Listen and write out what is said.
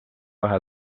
vähe